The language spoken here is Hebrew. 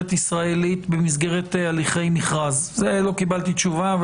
ישראלית במסגרת הליכי מכרז; לזה לא קיבלתי תשובה,